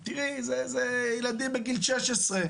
תראי, אלה ילדים בגיל 16,